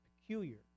peculiar